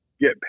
get